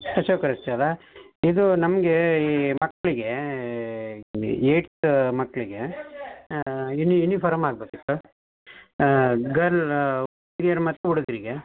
ಅಶೋಕ ರಸ್ತೆ ಅಲ್ಲಾ ಇದು ನಮಗೆ ಈ ಮಕ್ಕಳಿಗೆ ಏಯ್ಟ್ತ್ ಮಕ್ಕಳಿಗೆ ಯುನಿ ಯುನಿಫಾರಮ್ ಆಗ್ಬೇಕಿತ್ತು ಗರ್ಲ್ ಹುಡುಗರು ಮತ್ತು ಹುಡುಗರಿಗೆ